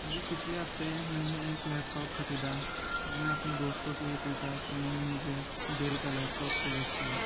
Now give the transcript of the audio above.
ابھی پچھلے ہفتے میں نے ایک لیپ ٹاپ خریدا میں نے اپنے دوستو سے بھی پوچھا تو انہوں نے مجھے ڈیل کا لیپ ٹاپ سجیس کیا